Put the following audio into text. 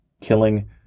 killing